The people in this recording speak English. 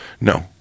No